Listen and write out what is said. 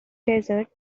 desert